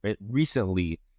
recently